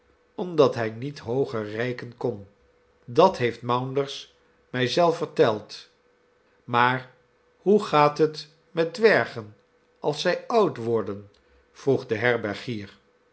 omdat hij niet hooger reiken kon dat heeft maunders mij zelf verteld maar hoe gaat het met dwergen als zij oud worden vroeg de herbergier